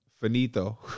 finito